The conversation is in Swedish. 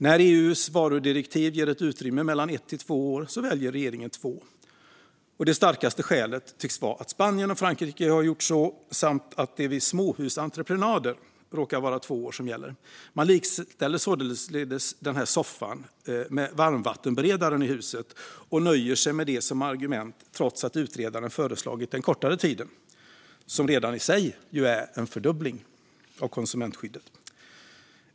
När EU:s varudirektiv ger ett utrymme på mellan ett till två år väljer regeringen två, och det starkaste skälet tycks vara att Spanien och Frankrike har gjort så samt att det vid småhusentreprenader råkar vara två år som gäller. Man likställer således denna soffa med varmvattenberedaren i huset och nöjer sig med det som argument, trots att utredaren föreslagit den kortare tiden som redan i sig är en fördubbling av konsumentskyddet.